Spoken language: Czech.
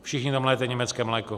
Všichni tam lijete německé mléko.